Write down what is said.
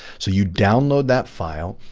so you download that file.